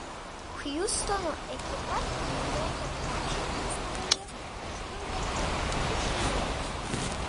hjustono ekipa niujorko krepšininkus nugalėjo aštuntą kartą iš eilės